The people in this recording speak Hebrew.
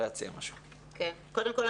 קודם כל,